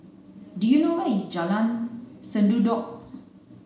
do you know where is Jalan Sendudok